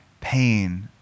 pain